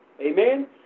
Amen